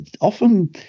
often